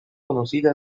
conocida